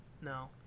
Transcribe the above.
No